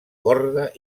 corda